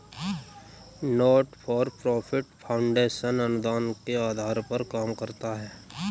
not for profit foundation अनुदान के आधार पर काम करता है